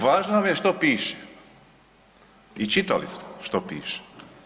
Važno nam je što piše i čitali smo što piše.